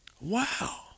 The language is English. wow